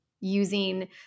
using